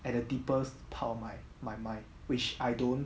at the deepest part of my my my which I don't